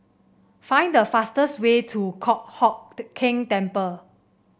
find the fastest way to Kong Hock The Keng Temple